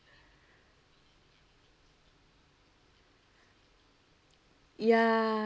ya